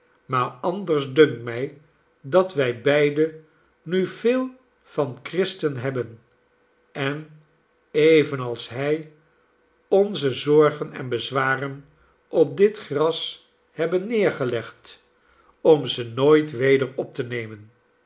maar anders dunkt mij dat wij beide nu veel van christen hebben en evenals hij al onze zorgen en bezwaren op dit gras hebben neergelegd om ze nooit weder op te nemen